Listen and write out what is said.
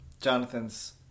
Jonathan's